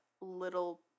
little